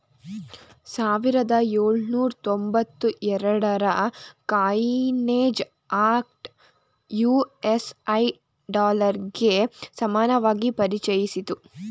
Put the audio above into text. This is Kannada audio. ಸಾವಿರದ ಎಳುನೂರ ತೊಂಬತ್ತ ಎರಡುರ ಕಾಯಿನೇಜ್ ಆಕ್ಟ್ ಯು.ಎಸ್.ಎ ಡಾಲರ್ಗೆ ಸಮಾನವಾಗಿ ಪರಿಚಯಿಸಿತ್ತು